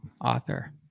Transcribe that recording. author